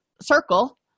circle